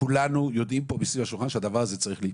כולנו פה סביב השולחן יודעים שהדבר הזה צריך להיפתר.